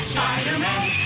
Spider-Man